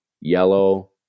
yellow